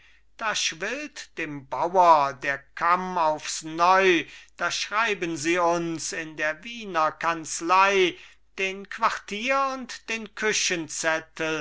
da schwillt dem bauer der kamm aufs neu da schreiben sie uns in der wiener kanzlei den quartier und den küchenzettel